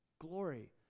glory